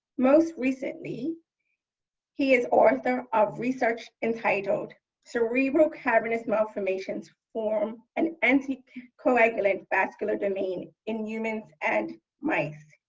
most recently he is author of research entitled cerebral cavernous malformations form an anticoagulant vascular domain in humans and mice.